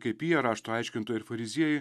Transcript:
kaip jie rašto aiškintojai ir fariziejai